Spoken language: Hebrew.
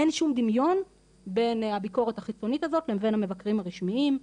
אין שום דמיון בין הביקורת החיצונית הזאת לבין המבקרים הרשמיים.